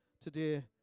today